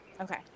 Okay